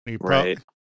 Right